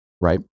right